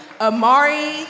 Amari